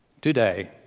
today